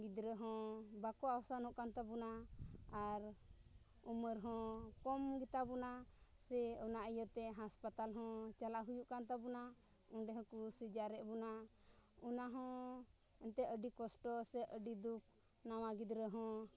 ᱜᱤᱫᱽᱨᱟᱹ ᱦᱚᱸ ᱵᱟᱠᱚ ᱟᱣᱥᱟᱱᱚᱜ ᱠᱟᱱ ᱛᱟᱵᱚᱱᱟ ᱟᱨ ᱩᱢᱟᱹᱨ ᱦᱚᱸ ᱠᱚᱢ ᱜᱮᱛᱟ ᱵᱚᱱᱟ ᱥᱮ ᱚᱱᱟ ᱤᱭᱟᱹᱛᱮ ᱦᱟᱥᱯᱟᱛᱟᱞ ᱦᱚᱸ ᱪᱟᱞᱟᱜ ᱦᱩᱭᱩᱜ ᱠᱟᱱ ᱛᱟᱵᱚᱱᱟ ᱚᱸᱰᱮ ᱦᱚᱸᱠᱚ ᱥᱤᱡᱟᱨᱮᱜ ᱵᱚᱱᱟ ᱚᱱᱟ ᱦᱚᱸ ᱮᱱᱛᱮᱫ ᱟᱹᱰᱤ ᱠᱚᱥᱴᱚ ᱥᱮ ᱟᱹᱰᱤ ᱫᱩᱠᱷ ᱱᱟᱣᱟ ᱜᱤᱫᱽᱨᱟᱹ ᱦᱚᱸ